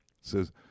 says